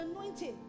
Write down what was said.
anointed